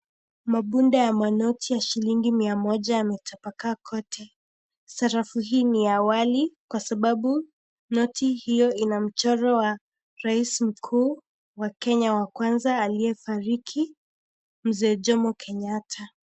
Mabunda ya manoti ya shilingi mia moja yametapakaa kote. Sarafu hii ni ya awali kwa sababu, noti hiyo ina mchoro wa raisi mkuu wa Kenya wa kwanza, aliyefariki, Mzee Jomo Kenyatta.